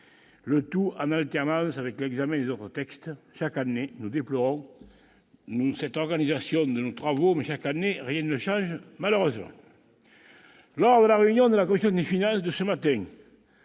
le tout en alternance avec l'examen des autres textes. Chaque année, nous déplorons cette organisation de nos travaux, mais chaque année rien ne change, malheureusement ... Lors de la réunion de la commission des finances de ce matin,